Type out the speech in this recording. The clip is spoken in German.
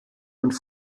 und